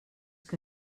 que